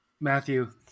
Matthew